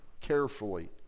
carefully